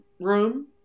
room